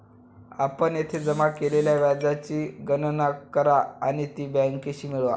आपण येथे जमा केलेल्या व्याजाची गणना करा आणि ती बँकेशी मिळवा